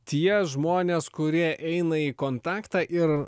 tie žmonės kurie eina į kontaktą ir